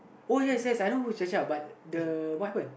oh yes yes I know who's Chacha but the what happened